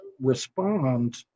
respond